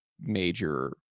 major